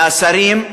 מהשרים,